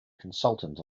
consultant